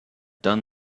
done